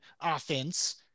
offense